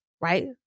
right